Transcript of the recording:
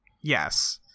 Yes